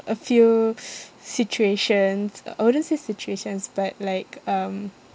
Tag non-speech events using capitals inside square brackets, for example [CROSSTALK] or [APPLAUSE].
a few [NOISE] situations uh I wouldn't say situations but like um